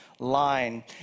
line